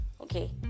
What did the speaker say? Okay